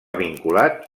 vinculat